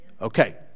Okay